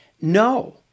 No